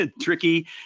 tricky